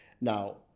Now